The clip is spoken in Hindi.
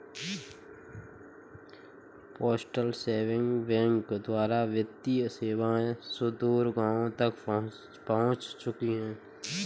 पोस्टल सेविंग बैंक द्वारा वित्तीय सेवाएं सुदूर गाँवों तक पहुंच चुकी हैं